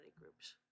groups